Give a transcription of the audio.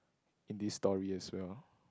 in this story as well